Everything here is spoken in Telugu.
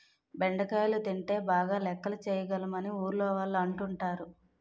బెండకాయలు తింటే బాగా లెక్కలు చేయగలం అని ఊర్లోవాళ్ళు అంటుంటారు